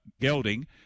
gelding